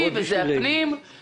הרשויות המקומיות ועוד.